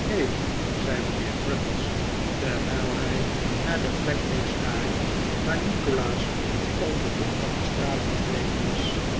he zei mijnheer crummies terwijl hij naar de plek bleef staren waar nikolaas om den hoek van de straat verdwenen was